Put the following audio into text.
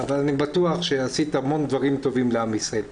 אבל אני בטוח שעשית המון דברים טובים לעם ישראל.